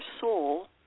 soul